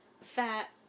fat